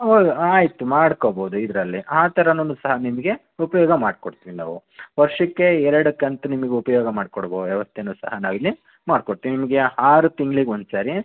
ಹೌದ್ ಆಯ್ತು ಮಾಡ್ಕೊಬೋದು ಇದರಲ್ಲಿ ಆ ಥರನು ಸಹ ನಿಮಗೆ ಉಪಯೋಗ ಮಾಡ್ಕೊಡ್ತೀವಿ ನಾವು ವರ್ಷಕ್ಕೆ ಎರಡು ಕಂತು ನಿಮ್ಗೆ ಉಪಯೋಗ ಮಾಡ್ಕೊಡೋ ವ್ಯವಸ್ಥೆನೂ ಸಹ ನಾವಿಲ್ಲಿ ಮಾಡ್ಕೊಡ್ತೀವಿ ನಿಮಗೆ ಆರು ತಿಂಗ್ಳಿಗೆ ಒಂದು ಸರಿ